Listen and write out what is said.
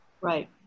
Right